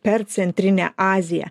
per centrinę aziją